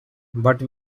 but